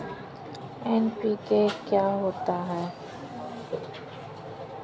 NPK क्या होता है?